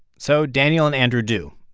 so daniel and andrew do,